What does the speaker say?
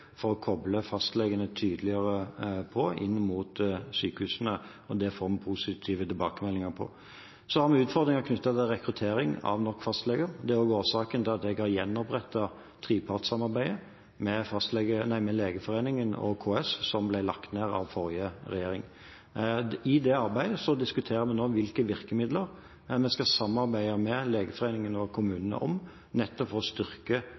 for å koble fastlegene tydeligere til sykehusene, og det får vi positive tilbakemeldinger om. Vi har utfordringer knyttet til rekruttering av nok fastleger. Det er årsaken til at jeg har gjenopprettet trepartssamarbeidet med Legeforeningen og KS, som ble lagt ned av forrige regjering. I det arbeidet diskuterer vi nå hvilke virkemidler vi skal samarbeide med Legeforeningen og kommunene om for å styrke